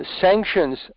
sanctions